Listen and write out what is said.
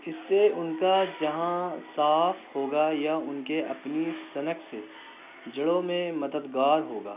اس سے ان کا جہاں صاف ہوگا یا ان کے اپنی سنک سے جڑوں میں مددگار ہوگا